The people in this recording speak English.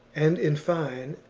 and, in fine,